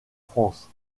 france